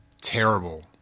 Terrible